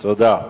תודה.